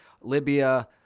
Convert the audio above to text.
Libya